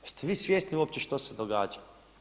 Jeste li vi svjesni uopće što se događa?